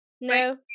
No